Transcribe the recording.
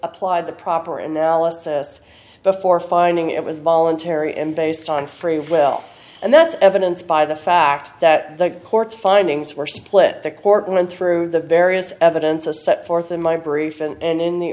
apply the proper analysis before finding it was voluntary and based on free will and that's evidence by the fact that the court's findings were split the court went through the various evidence a set forth in my brief and in the